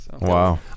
Wow